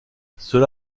cela